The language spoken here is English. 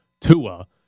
Tua